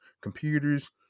computers